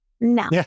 No